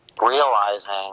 realizing